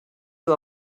you